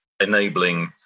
enabling